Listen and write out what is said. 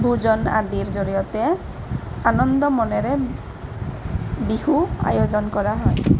পূজন আদিৰ জৰিয়তে আনন্দ মনেৰে বিহু আয়োজন কৰা হয়